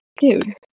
dude